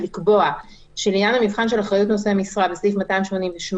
ולקבוע שלעניין מבחן אחריות נושאי משרה בסעיף 288,